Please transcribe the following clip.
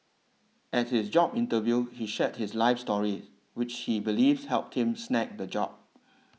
at his job interview he shared his life story which he believes helped him snag the job